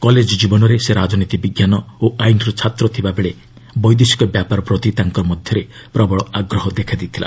college ଜୀବନରେ ସେ ରାଜନୀତି ବିଜ୍ଞାନ ଓ ଆଇନ୍ର ଛାତ୍ର ଥିବା ବେଳେ ବୈଦେଶିକ ବ୍ୟାପାର ପ୍ରତି ତାଙ୍କ ମଧ୍ୟରେ ପ୍ରବଳ ଆଗ୍ରହ ଦେଖା ଦେଇଥିଲା